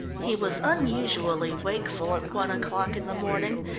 he was unusually wakeful at one o'clock in the morning,